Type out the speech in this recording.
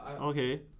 Okay